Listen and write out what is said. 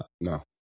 no